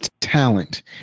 talent